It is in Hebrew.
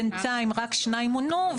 בינתיים רק שניים מונו,